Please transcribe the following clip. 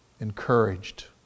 encouraged